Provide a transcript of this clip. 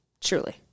truly